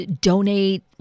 donate